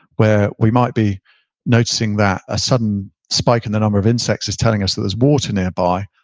where we might be noticing that a sudden spike in the number of insects is telling us that there's water nearby,